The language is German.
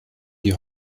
die